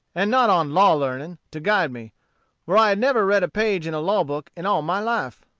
and not on law-learning, to guide me for i had never read a page in a law-book in all my life.